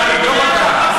אפשר לבדוק אותם.